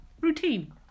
routine